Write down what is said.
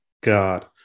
God